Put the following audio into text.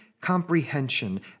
comprehension